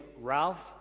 Ralph